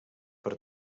per